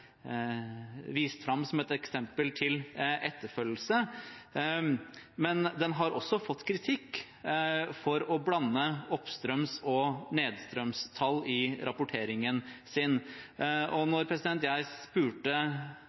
vist fram som et eksempel til etterfølgelse. Men den har også fått kritikk for å blande oppstrøms- og nedstrømstall i rapporteringen sin. Da jeg spurte